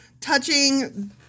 Touching